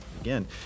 again